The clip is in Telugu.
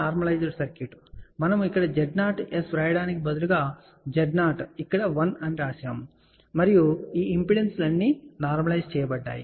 కాబట్టి మనము ఇక్కడ Z0s వ్రాయడానికి బదులుగా Z0 ఇక్కడ 1 అని రాశాము మరియు ఈ ఇంపిడెన్స్ లు అన్ని సాధారణీకరించబడ్డాయి